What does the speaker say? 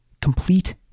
complete